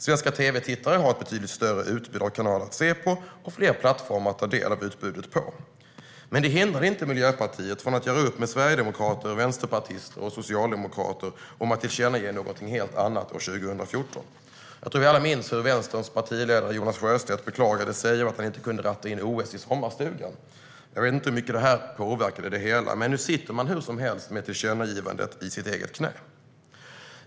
Svenska tv-tittare har ett betydligt större utbud av kanaler att se på och fler plattformar att ta del av utbudet på. Detta hindrade dock inte Miljöpartiet från att göra upp med sverigedemokrater, vänsterpartister och socialdemokrater om att tillkännage någonting helt annat 2014. Jag tror att vi alla minns hur Vänsterns partiledare Jonas Sjöstedt beklagade sig över att han inte kunde ratta in OS i sommarstugan. Jag vet inte hur mycket detta påverkade det hela, men nu sitter man hur som helst med tillkännagivandet i sitt eget knä.